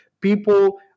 People